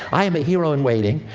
i am a hero in waiting,